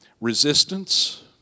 Resistance